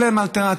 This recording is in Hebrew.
אין להם אלטרנטיבה.